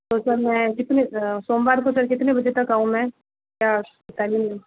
तो सर मैं कितने सोमवार को सर कितने बजे तक आऊँ मैं क्या टाइमिंग